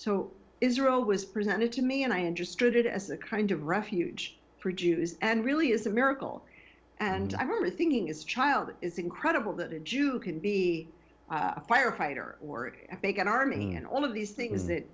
so israel was presented to me and i understood it as a kind of refuge produce and really is a miracle and i remember thinking is child it is incredible that a jew can be a firefighter or make an army and all of these things that